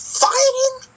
fighting